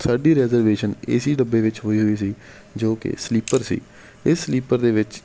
ਸਾਡੇ reservation A C ਡੱਬੇ ਵਿੱਚ ਹੋਈ ਹੋਈ ਸੀ ਜੋ ਕਿ ਸਲੀਪਰ ਸੀ ਇਹ ਸਲੀਪਰ ਦੇ ਵਿੱਚ